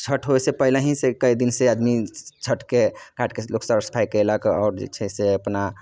छठि होइसँ पहिलहिसँ कएक दिनसँ आदमी छठिके घाटके लोक सर साफ सफाइ केलक आओर जे छै से अपना